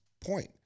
point